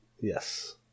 Yes